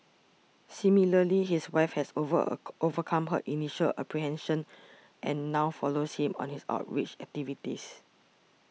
similarly his wife has over a overcome her initial apprehension and now follows him on his outreach activities